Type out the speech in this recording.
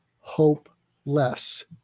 hopeless